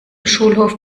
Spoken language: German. schulhof